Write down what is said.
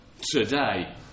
today